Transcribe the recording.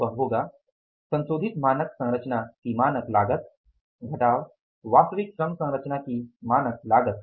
वह होगा संशोधित मानक संरचना की मानक लागत घटाव वास्तविक श्रम संरचना की मानक लागत